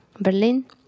Berlin